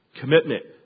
commitment